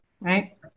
Right